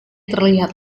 terlihat